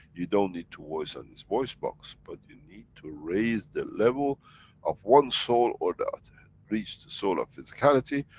you don't need to voice on his voice box, but you need to raise the level of one soul or the other. reach the soul of physicality,